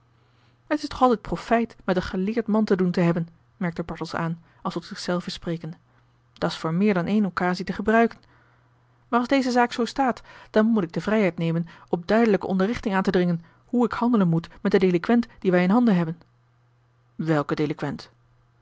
het is toch altijd profijt met een geleerd man te doen te hebben merkte bartels aan als tot zichzelven sprekende dat's voor meer dan eene occasie te gebruiken maar als deze zaak zoo staat dan moet ik de vrijheid nemen op duidelijke onderrichting aan te dringen hoe ik handelen moet met den delinquent dien wij in handen hebben welken delinquent